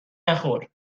نخور